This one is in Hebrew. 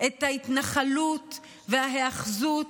את ההתנחלות וההיאחזות